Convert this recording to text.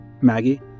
Maggie